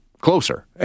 closer